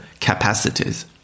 capacities